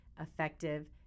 effective